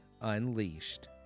unleashed